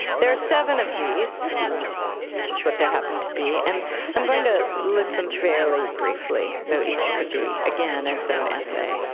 there are seven of these. that's just what there happen to be. and i'm going to list them fairly briefly, though each could be, again, its own essay.